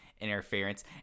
interference